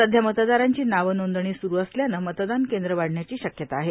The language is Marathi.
सध्या मतदारांची नाव नोंदणी सुरु असल्यानं मतदान कद्र वाढण्याची शक्यता आहे